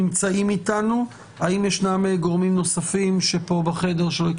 האם ישנם גורמים נוספים בחדר?